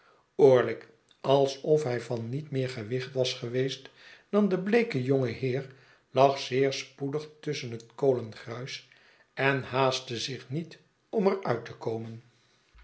orlick alsof hij van niet meer gewicht was geweest dan de bleeke jonge heer lag zeer spoedig tusschen het kolenerruis en haastte zich niet om er uit te komen